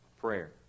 prayer